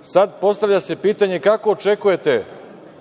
Sada se postavlja pitanje kako očekujete